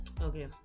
Okay